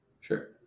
Sure